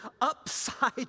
upside